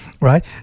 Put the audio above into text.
right